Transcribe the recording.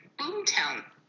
boomtown